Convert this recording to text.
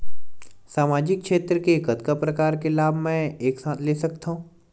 सामाजिक क्षेत्र के कतका प्रकार के लाभ मै एक साथ ले सकथव?